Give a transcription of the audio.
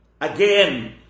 Again